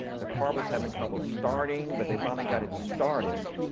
the car was having trouble starting but they finally got it started.